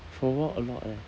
for a while a lot eh